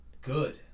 good